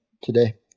today